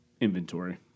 inventory